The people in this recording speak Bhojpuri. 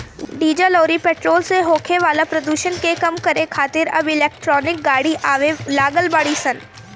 डीजल अउरी पेट्रोल से होखे वाला प्रदुषण के कम करे खातिर अब इलेक्ट्रिक गाड़ी आवे लागल बाड़ी सन